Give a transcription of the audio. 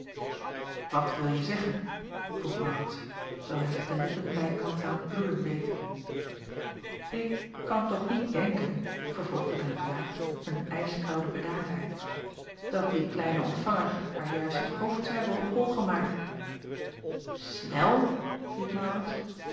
at wilje zeggen vroeg aurits terwijl hij zich de lippen bijkans aan t bloeden beet k kan toch niet denken vervolgde renkelaer met een ijskoude bedaardheid dat die kleine ontvanger haar juist het hoofd zou hebben op hol gemaakt nel riep